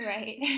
Right